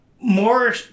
more